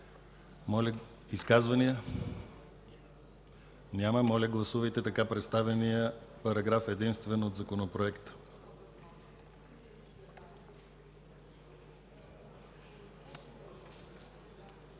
Изказвания? Няма. Моля, гласувайте така представения параграф единствен от законопроекта.